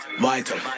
vital